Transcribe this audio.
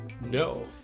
No